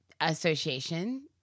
association